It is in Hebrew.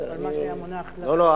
מה שהיה מונח, בסדר, בסדר.